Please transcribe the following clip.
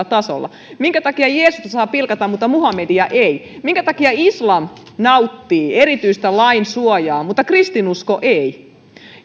tasolla minkä takia jeesusta saa pilkata mutta muhammedia ei minkä takia islam nauttii erityistä lainsuojaa mutta kristinusko ei